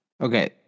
Okay